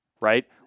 right